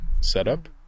setup